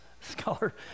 scholar